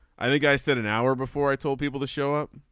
i think i said an hour before i told people to show up.